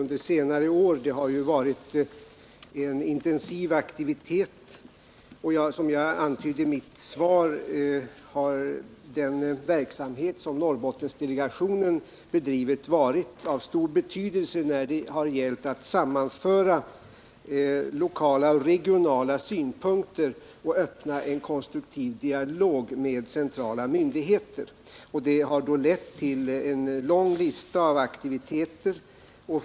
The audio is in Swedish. Aktiviteten har varit intensiv och, som jag antydde i mitt svar, har Norrbottendelegationens verksamhet varit av stor betydelse när det gällt att sammanföra lokala och regionala synpunkter och öppna en konstruktiv dialog med centrala myndigheter. Detta har lett till en lång lista av aktiviteter.